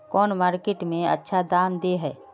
कौन मार्केट में अच्छा दाम दे है?